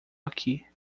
aqui